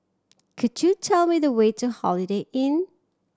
could you tell me the way to Holiday Inn